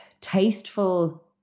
tasteful